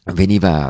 veniva